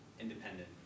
independent